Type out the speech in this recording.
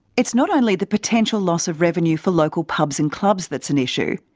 it's not only the potential loss of revenue for local pubs and clubs that's an issue.